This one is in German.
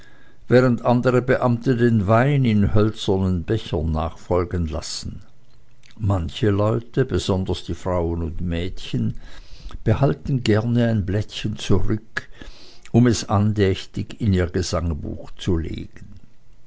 während andere beamtete den wein in hölzernen bechern nachfolgen lassen manche leute besonders die frauen und mädchen behalten gern ein blättchen zurück um es andächtig in ihr gesangbuch zu legen